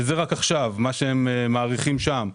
וזה רק מה שהם מעריכים עכשיו.